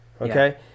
okay